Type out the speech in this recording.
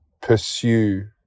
pursue